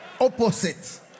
opposite